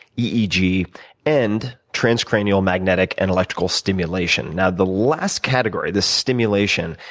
eeg, and transcranial magnetic and electrical stimulation. now, the last category, the stimulation,